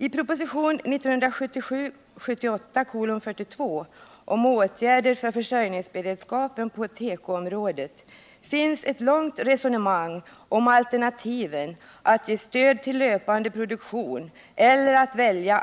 I propositionen 1977/78:42 om åtgärder för försörjningsberedskapen på tekoområdet finns ett långt resonemang om alternativen — att ge stöd till löpande produktion eller